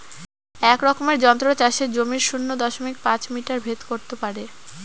এক রকমের যন্ত্র চাষের জমির শূন্য দশমিক পাঁচ মিটার ভেদ করত পারে